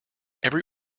every